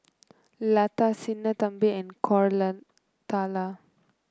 Lata Sinnathamby and Koratala